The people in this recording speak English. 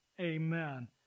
Amen